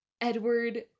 Edward